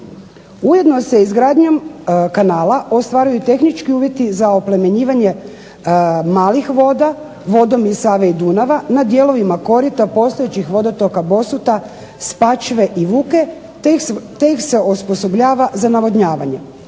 Ujedno se izgradnjom kanala ostvaruju tehnički uvjeti za oplemenjivanje malih voda vodom iz save i Dunava na dijelovima korita postojećih vodotoka Bosuta, Spačve i Vuke, te ih se osposobljava za navodnjavanje.